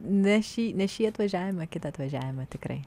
ne šį ne šį atvažiavimą kitą atvažiavimą tikrai